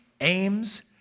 aims